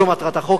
זו מטרת החוק,